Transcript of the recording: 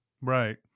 Right